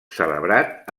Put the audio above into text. celebrat